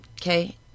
okay